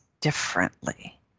differently